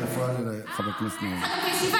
את מפריעה לחבר הכנסת נאור.